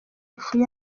ifu